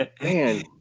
Man